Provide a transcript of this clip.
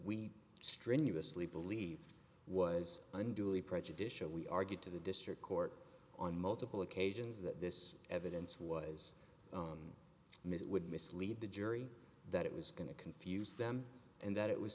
we strenuously believe was unduly prejudicial we argued to the district court on multiple occasions that this evidence was made it would mislead the jury that it was going to confuse them and that it was